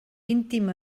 íntim